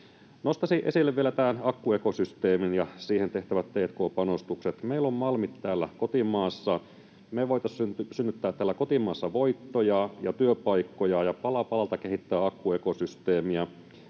Nostaisin esille vielä tämän akkuekosysteemin ja siihen tehtävät t&k-panostukset. Meillä on malmit täällä kotimaassa. Me voitaisiin synnyttää täällä kotimaassa voittoja ja työpaikkoja ja pala palalta kehittää akkuekosysteemiä.